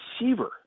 receiver